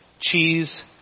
cheese